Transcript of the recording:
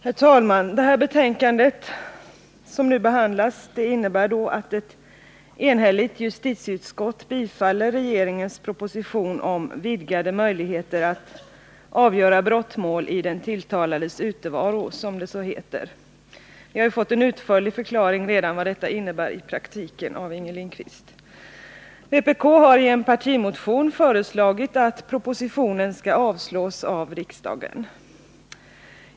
Herr talman! I det betänkande som nu behandlas tillstyrker ett enhälligt justitieutskott regeringens proposition om, som det heter, vidgade möjligheter att avgöra brottmål i den tilltalades utevaro. Vi har av Inger Lindquist redan fått en utförlig förklaring av vad detta innebär i praktiken. Vpk har i en partimotion föreslagit att propositionen skall avslås av riksdagen.